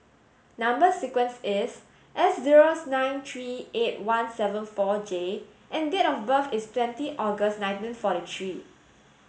number sequence is S zeros nine three eight one seven four J and date of birth is twenty August nineteen forty three